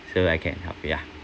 so I can help ya